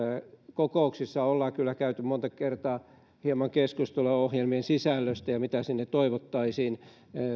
kokouksissa ollaan kyllä käyty monta kertaa hieman keskustelua ohjelmien sisällöstä ja siitä mitä toivottaisiin